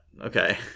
okay